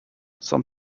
some